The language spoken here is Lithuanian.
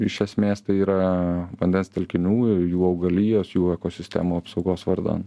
iš esmės tai yra vandens telkinių ir jų augalijos jų ekosistemų apsaugos vardan